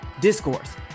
Discourse